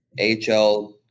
HL